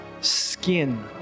skin